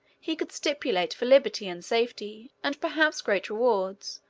he could stipulate for liberty and safety, and perhaps great rewards,